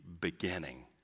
beginning